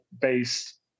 based